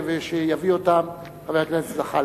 שיביא אותן חבר הכנסת זחאלקה.